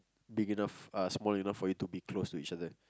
big enough uh small enough to be close to each other